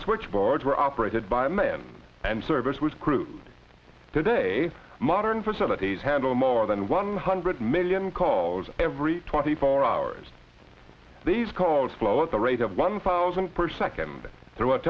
switchboard were operated by men and servers with crude today modern facilities handle more than one hundred million calls every twenty four hours these calls flow at the rate of one thousand per second through